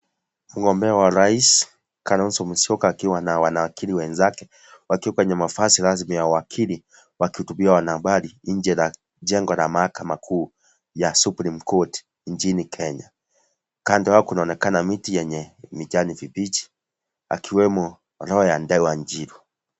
Mgombea wa rais, Kalonzo Musyoka akiwa na wanawakili wenzake wakiwa kwenye mavazi rasmi ya wakili wakihutubia wanahabari nje la jengo la mahakama kuu ya Supreme Court nchini Kenya, kando yao kunaonekana miti yenye mijani vibichi, akiwemo Lawyer Ndegwa Njiru.